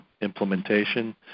implementation